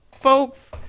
folks